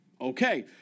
Okay